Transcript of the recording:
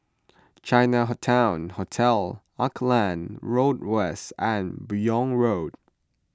Chinatown Hotel Auckland Road West and Buyong Road